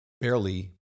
barely